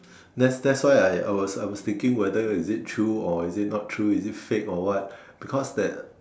that's that's why I I was I was thinking whether is it true or is not true is it fake or what because that